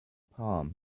palm